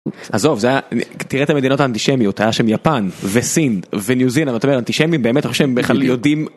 עזוב (זה היה), תראה את המדינות האנטישמיות, היה שם יפן, וסין, וניוזילנד, האנטישמים באמת חושבים בכלל יודעים.